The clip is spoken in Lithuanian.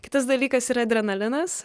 kitas dalykas yra adrenalinas